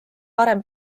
varem